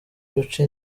guca